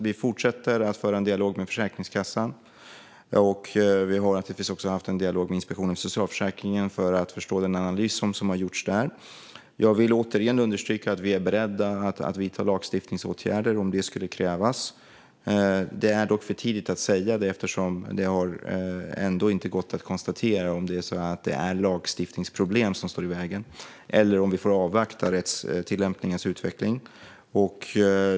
Vi fortsätter att föra en dialog med Försäkringskassan, och vi har givetvis också fört en dialog med Inspektionen för socialförsäkringen för att förstå den analys som gjorts där. Låt mig åter understryka att vi är beredda att vidta lagstiftningsåtgärder om det krävs. Det är dock för tidigt att avgöra det eftersom det inte har gått att konstatera om det är lagstiftningsproblem som står i vägen. Vi får avvakta rättstillämpningens utveckling.